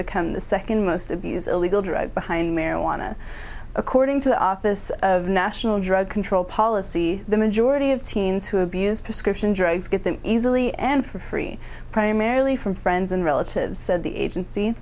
become the second most abuse illegal drug behind marijuana according to the office of national drug control policy the majority of teens who abuse prescription drugs get them easily and for free primarily from friends and relatives said the agency